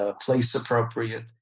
place-appropriate